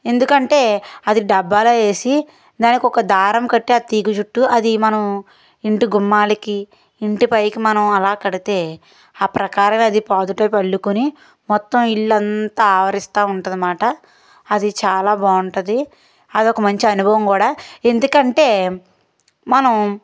ఎందుకంటే అది డాబ్బాలో వేసి దానికి ఒక దారం కట్టి ఆ తీగ చుట్టూ అది మనం ఇంటి గుమ్మాలకి ఇంటి పైకి మనం అలా కడితే ఆ ప్రకారమే అది పాదు టైపు అల్లుకొని మొత్తం ఇల్లు అంతా ఆవరిస్తూ ఉంటుందన్నమాట అది చాలా బాగుంటుంది అదొక మంచి అనుభవం కూడా ఎందుకంటే మనం